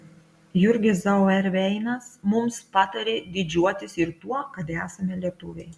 jurgis zauerveinas mums patarė didžiuotis ir tuo kad esame lietuviai